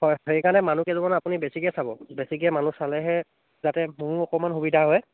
হয় সেইকাৰণে মানুহ কেইজনমানক আপুনি বেছিকৈ চাব বেছিকৈ মানুহ চালেহে যাতে মোৰো অকণমান সুবিধা হয়